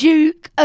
Duke